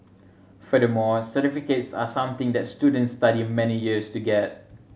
furthermore certificates are something that students study many years to get